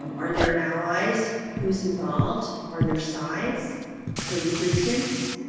um or their allies who's involved are their sides so resistance,